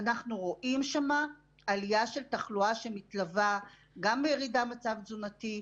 אנחנו רואים שם עלייה של תחלואה שמתלווה גם בירידה במצב תזונתי,